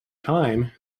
time